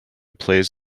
plays